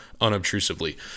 unobtrusively